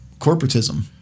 corporatism